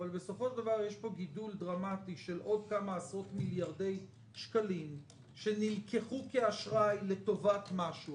גידול דרמטי של עוד כמה עשרות מיליארדי שקלים שנלקחו כאשראי לטובת משהו.